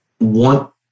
want